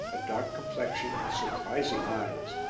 a dark complexion and surprising eyes,